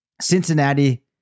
Cincinnati